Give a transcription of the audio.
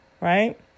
right